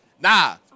Nah